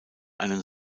einen